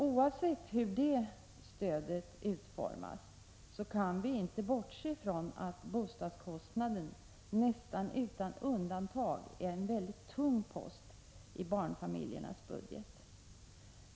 Oavsett hur detta stöd utformas kan vi inte bortse från att bostadskostnaden nästan utan undantag är en mycket tung post i barnfamiljernas budget.